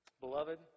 Beloved